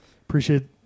appreciate